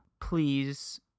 Please